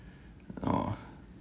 oh